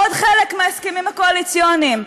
עוד חלק מההסכמים הקואליציוניים.